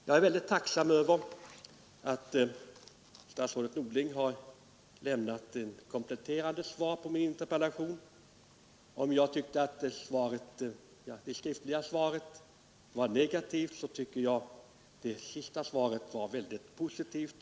Jag är tacksam över att statsrådet Norling har lämnat ett kompletterande svar på min interpellation. Om jag tycker att det skriftliga svaret var negativt, så tycker jag det senaste svaret var mycket positivt.